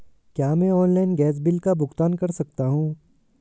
क्या मैं online gas bill का भुगतान कर सकता हूँ?